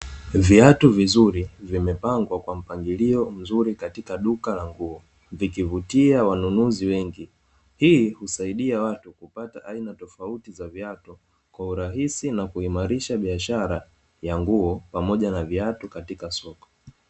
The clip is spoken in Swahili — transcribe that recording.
Viatu vizuri vimepangwa kwa mpangilio mzuri katika duka la nguo, zikivutia wanunuzi wengi ili kusaidia watu kupata aina tofauti za viatu kwa urahisi na kuimarisha biashara ya nguo pamoja na viatu katika soko.